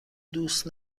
دوست